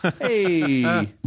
Hey